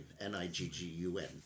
N-I-G-G-U-N